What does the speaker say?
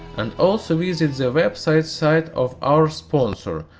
and also visit the website site of our sponsor,